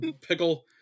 Pickle